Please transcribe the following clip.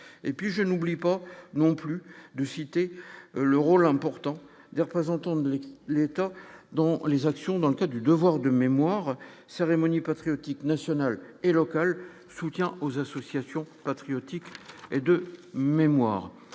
et puis j'aime oublie pas non plus de citer le rôle important des représentants de l'État, dont les actions dans le cas du devoir de mémoire cérémonies patriotiques nationales et locales, soutien aux associations patriotiques et de mémoire,